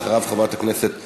אחריו, חברי הכנסת אלהרר,